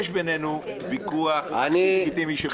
יש בינינו ויכוח לגיטימי שבעולם.